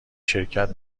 شرکت